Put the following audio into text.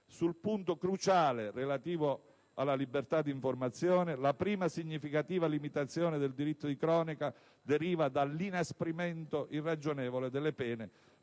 Sul punto cruciale relativo alla libertà di informazione, la prima significativa limitazione del diritto di cronaca deriva dall'inasprimento irragionevole delle pene